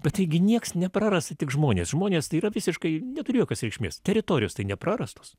bet taigi nieks neprarasta tik žmonės žmonės tai yra visiškai neturėjo reikšmės teritorijos tai neprarastos